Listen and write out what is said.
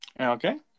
Okay